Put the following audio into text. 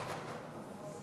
גברתי